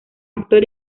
actor